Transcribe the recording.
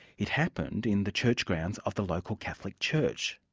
it happened in the church grounds of the local catholic church.